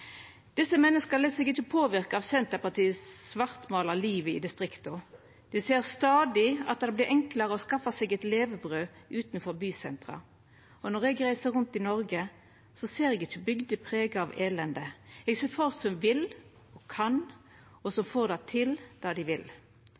Desse menneska lèt seg ikkje påverka av at Senterpartiet svartmålar livet i distrikta. Dei ser at det stadig vert enklare å skaffa seg eit levebrød utanfor bysentruma. Når eg reiser rundt i Noreg, ser eg ikkje bygder prega av elende. Eg ser folk som vil og kan, og som